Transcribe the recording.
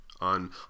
On